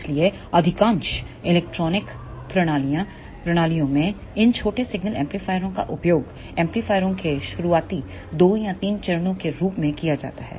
इसलिए अधिकांश इलेक्ट्रॉनिक प्रणालियों में इन छोटे सिग्नल एम्पलीफायरों का उपयोग एम्पलीफायरों के शुरुआती 2 या 3 चरणों के रूप में किया जाता है